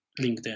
LinkedIn